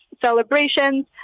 celebrations